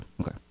okay